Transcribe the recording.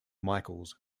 michaels